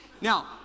Now